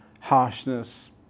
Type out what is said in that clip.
harshness